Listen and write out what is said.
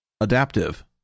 adaptive